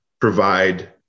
provide